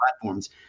platforms